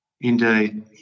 Indeed